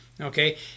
okay